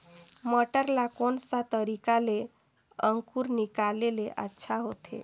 मटर ला कोन सा तरीका ले अंकुर निकाले ले अच्छा होथे?